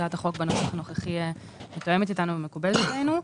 הצעת החוק בנוסח הנוכחי מתואמת איתנו ומקובלת עלינו.